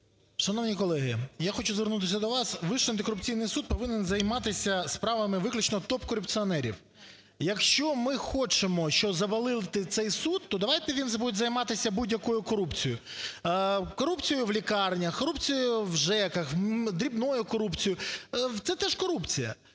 Шановні колеги, я хочу звернутися до вас. Вищий антикорупційний суд повинен займатися справами виключно топ-корупціонерів. Якщо ми хочемо, щоб завалити цей суд, то давайте він буде займатися будь-якою корупцією: корупцією в лікарнях, корупцією в ЖЕКах, дрібною корупцією, це теж корупція.